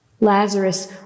Lazarus